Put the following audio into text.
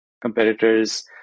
competitors